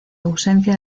ausencia